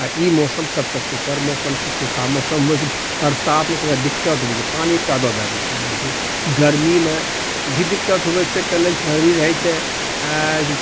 आओर ई मौसममे सबसँ सुपर मौसम छै सूखा मौसम होइ छै बरसातमे कनिटा दिक्कत बुझू पानी कादो भए जाइ छै मने छै गरमीमे भी दिक्कत होबै छै कने गरमी रहै छै आयं